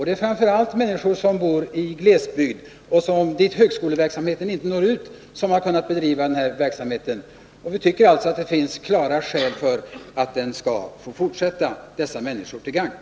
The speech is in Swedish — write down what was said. Det är framför allt människor som bor i glesbygd, dit högskoleverksamheten inte når ut, som har kunnat bedriva denna verksamhet. Vi tycker alltså att det finns klara skäl för att den skall få fortsätta, dessa människor till gagn.